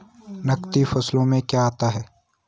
नकदी फसलों में क्या आता है?